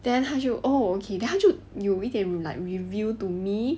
then 他就 oh okay then 他就有一点 like reveal to me